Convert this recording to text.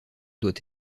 doit